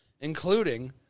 including